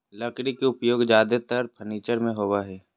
लकड़ी के उपयोग ज्यादेतर फर्नीचर में होबो हइ